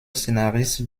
scénariste